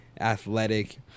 athletic